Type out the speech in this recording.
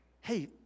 hey